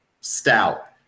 stout